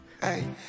Hey